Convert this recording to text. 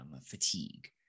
fatigue